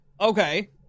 Okay